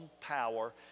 power